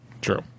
True